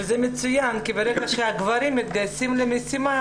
וזה מצוין, כי ברגע שהגברים מתגייסים למשימה